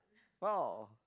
four